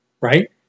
right